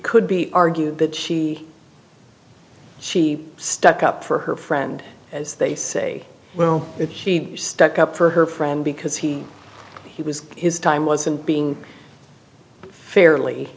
could be argued that she she stuck up for her friend as they say well if she stuck up for her friend because he he was his time wasn't being fairly